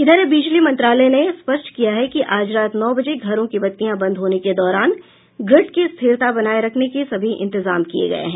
इधर बिजली मंत्रालय ने स्पष्ट किया है कि आज रात नौ बजे घरों की बत्तियां बंद होने के दौरान ग्रिड की स्थिरता बनाए रखने के सभी इंतजाम किए गए हैं